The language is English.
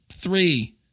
three